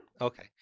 Okay